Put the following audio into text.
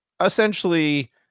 essentially